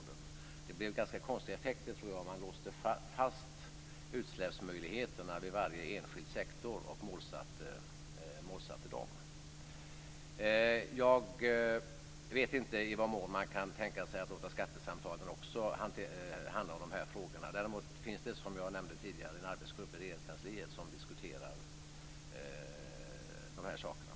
Jag tror att det skulle bli ganska konstiga effekter om man låste fast utsläppsmöjligheterna vid varje enskild sektor och målsatte dem. Jag vet inte i vad mån man kan tänka sig att låta skattesamtalen också handla om de här frågorna. Däremot finns det, som jag tidigare nämnde, en arbetsgrupp i Regeringskansliet som diskuterar de här sakerna.